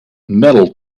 metal